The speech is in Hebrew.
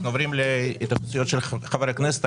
אנחנו עוברים להתייחסויות של חברי הכנסת.